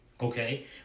Okay